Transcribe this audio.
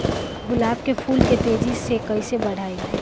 गुलाब के फूल के तेजी से कइसे बढ़ाई?